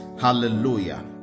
Hallelujah